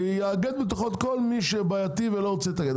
שיאגד בתוכו את כל מי שבעייתי ולא רוצה להתאגד.